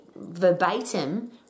verbatim